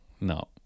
no